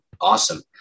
awesome